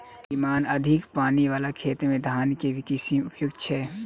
श्रीमान अधिक पानि वला खेत मे केँ धान केँ किसिम उपयुक्त छैय?